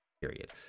period